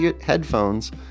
headphones